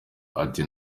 ati